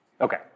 Okay